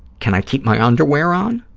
can i keep my underwear on?